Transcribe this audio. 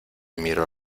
miró